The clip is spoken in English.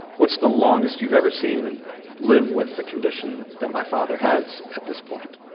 what's the longest you've ever seen live with the condition that my father has at this point,